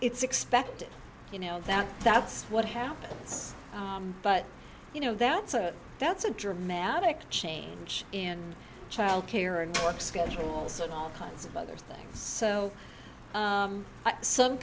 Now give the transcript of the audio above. it's expected you know that that's what happens but you know that's a that's a dramatic change in childcare and work schedules and all kinds of other things so some